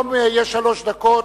היום יהיו שלוש דקות,